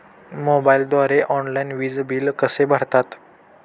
मोबाईलद्वारे ऑनलाईन वीज बिल कसे भरतात?